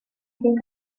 think